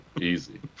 Easy